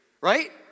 Right